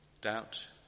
Doubt